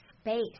space